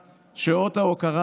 החוק.